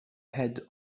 head